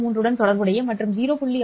33 உடன் தொடர்புடைய மற்றும் 0